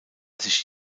sich